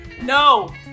No